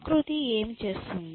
ప్రకృతి ఏమి చేస్తోంది